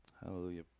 Hallelujah